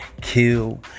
kill